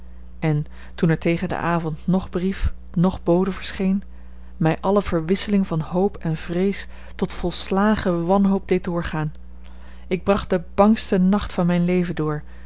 en toen er tegen den avond noch brief noch bode verscheen mij alle verwisseling van hoop en vrees tot volslagen wanhoop deed doorgaan ik bracht den bangsten nacht van mijn leven door